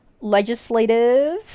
legislative